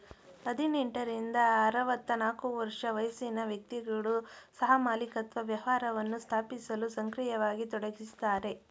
ಹದಿನೆಂಟ ರಿಂದ ಆರವತ್ತನಾಲ್ಕು ವರ್ಷ ವಯಸ್ಸಿನ ವ್ಯಕ್ತಿಗಳು ಸಹಮಾಲಿಕತ್ವ ವ್ಯವಹಾರವನ್ನ ಸ್ಥಾಪಿಸಲು ಸಕ್ರಿಯವಾಗಿ ತೊಡಗಿಸಿದ್ದಾರೆ